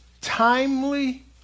timely